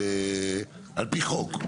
על פי חוק,